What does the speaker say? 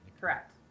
correct